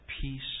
peace